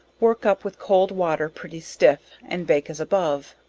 work up with cold water pretty stiff, and bake as above.